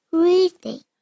reading